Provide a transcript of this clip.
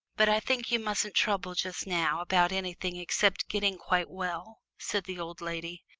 but i think you mustn't trouble just now about anything except getting quite well, said the old lady.